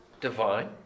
divine